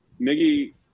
Miggy